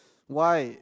why